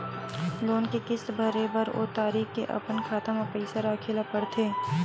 loan के किस्त भरे बर ओ तारीख के अपन खाता म पइसा राखे ल परथे